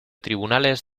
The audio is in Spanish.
tribunales